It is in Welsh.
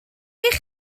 eich